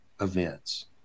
events